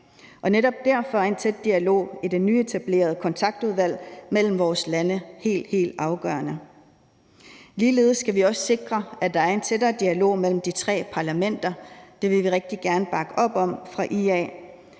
Netop derfor er en tæt dialog i det nyetablerede kontaktudvalg mellem vores lande helt, helt afgørende. Ligeledes skal vi også sikre, at der er en tættere dialog mellem de tre parlamenter – det vil vi rigtig gerne bakke op om fra IA's